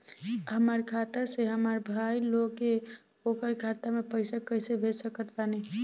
हमार खाता से हमार भाई लगे ओकर खाता मे पईसा कईसे भेज सकत बानी?